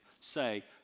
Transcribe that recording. Say